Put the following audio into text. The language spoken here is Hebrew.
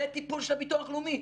לטיפול של הביטוח הלאומי,